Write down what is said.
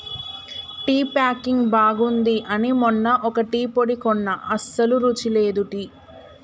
tea packing బాగుంది అని మొన్న ఒక టీ పొడి కొన్న అస్సలు రుచి లేదు టీ